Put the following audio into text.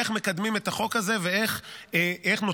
איך מקדמים את החוק הזה ואיך נותנים